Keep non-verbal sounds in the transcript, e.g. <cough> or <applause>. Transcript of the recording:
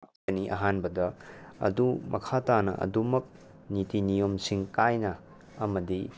<unintelligible> ꯑꯍꯥꯟꯕꯗ ꯑꯗꯨ ꯃꯈꯥ ꯇꯥꯅ ꯑꯗꯨꯝꯃꯛ ꯅꯤꯇꯤ ꯅꯤꯌꯣꯝꯁꯤꯡ ꯀꯥꯏꯅ ꯑꯃꯗꯤ